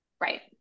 right